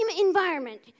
environment